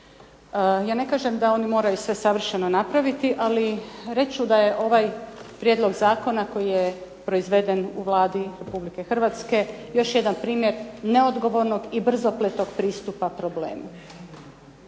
Ja ne kažem da oni moraju sve savršeno napraviti, ali reći ću da je ovaj prijedlog zakona koji je proizveden u Vladi Republike Hrvatske još jedan primjer neodgovornog i brzopletog pristupa problemu.